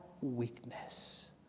weakness